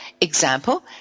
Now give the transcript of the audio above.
example